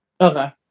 Okay